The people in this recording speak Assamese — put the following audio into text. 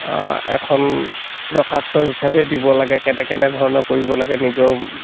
এখন দৰ্খাস্ত হিচাপে দিব লাগে কেনে কেনে ধৰণে কৰিব লাগে নিজৰ